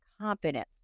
confidence